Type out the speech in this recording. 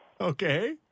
Okay